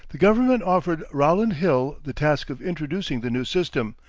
the government offered rowland hill the task of introducing the new system,